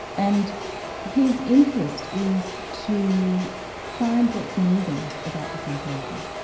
and his interest is to find what's moving about the sentimental,